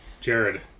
Jared